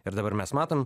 ir dabar mes matom